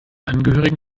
angehörigen